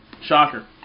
Shocker